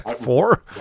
four